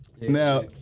Now